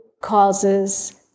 causes